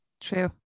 True